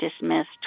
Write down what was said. dismissed